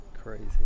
Crazy